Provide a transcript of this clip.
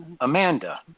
Amanda